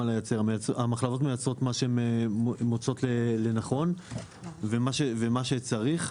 המחלבות מייצרות מה שהן מוצאות לנכון ומה שצריך.